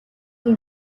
элэг